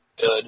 good